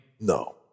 No